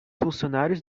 funcionários